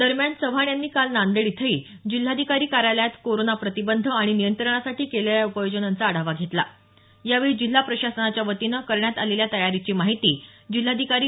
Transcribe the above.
दरम्यान चव्हाण यांनी काल नांदेड इथंही जिल्हाधिकारी कार्यालयात कोरोना प्रतिबंध आणि नियंत्रणासाठी केलेल्या उपाययोजनांचा आढावा घेतला यावेळी जिल्हा प्रशासनाच्यावतीनं करण्यात आलेल्या तयारीची माहिती जिल्हाधिकारी डॉ